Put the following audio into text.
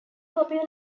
popular